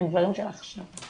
הם דברים של הכשרה.